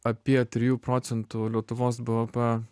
apie trijų procentų lietuvos bvp